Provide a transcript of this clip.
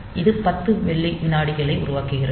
இது 10 மில்லி விநாடிகளை உருவாக்குகிறது